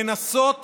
לנסות